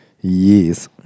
Yes